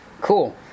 Cool